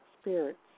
spirits